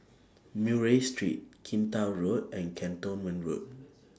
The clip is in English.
Murray Street Kinta Road and Cantonment Road